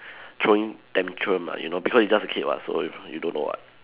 throwing tantrum ah you know because you just a kid [what] so you don't know what